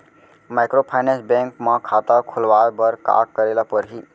Microfinance bank म खाता खोलवाय बर का करे ल परही?